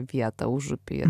vietą užupy